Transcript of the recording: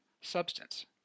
substance